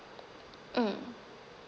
mm